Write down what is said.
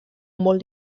molt